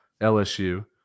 LSU